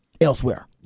elsewhere